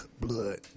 blood